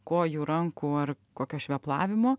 kojų rankų ar kokio šveplavimo